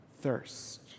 thirst